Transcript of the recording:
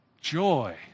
joy